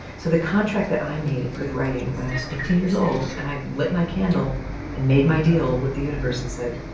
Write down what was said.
so the contract that i made with writing when i was fifteen years old and i lit my candle and made my deal with the universe and said,